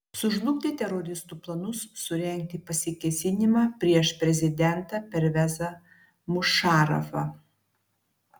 sužlugdė teroristų planus surengti pasikėsinimą prieš prezidentą pervezą mušarafą